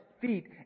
feet